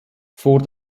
vor